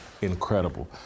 incredible